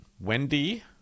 Wendy